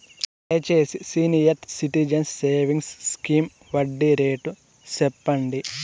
దయచేసి senior citizens savings scheme వడ్డీ rate సెప్పండి